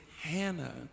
Hannah